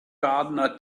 gardener